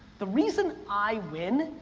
the reason i win,